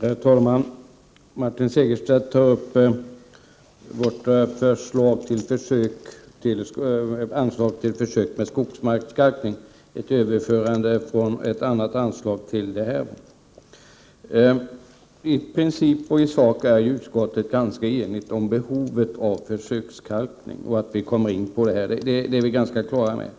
Herr talman! Martin Segerstedt tar upp vårt förslag beträffande anslag till försök med skogsmarkskalkning, som innebär överförande av medel från ett annat anslag. I princip och i sak är utskottet enigt om behovet av försökskalkning, det är vi på det klara med.